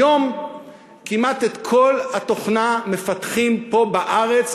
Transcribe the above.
היום כמעט את כל התוכנה מפתחים פה בארץ,